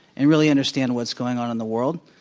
and really understand what's going on in the world.